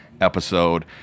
episode